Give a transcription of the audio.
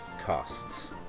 costs